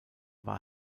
war